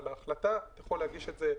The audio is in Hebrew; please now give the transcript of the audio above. על ההחלטה אתה יכול להגיש את זה.